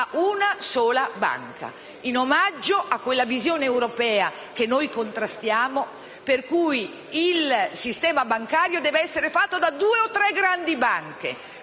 una sola banca, in omaggio a quella visione europea che noi contrastiamo, per cui il sistema bancario deve essere fatto da due o tre grandi banche,